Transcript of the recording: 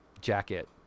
jacket